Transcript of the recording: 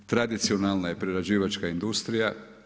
Tradicionalna je prerađivačka industrija.